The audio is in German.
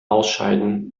ausscheiden